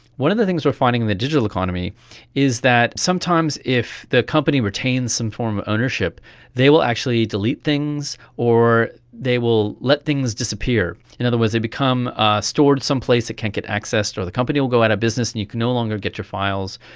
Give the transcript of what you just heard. one of the things we are finding in the digital economy is that sometimes if the company retains some form of ownership they will actually delete things or they will let things disappear. in other words, they become ah stored someplace that can't get access or the company will go out of business and you can no longer get your files.